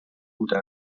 بوده